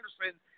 Anderson